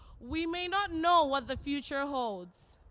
we may not know what the future holds.